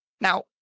Now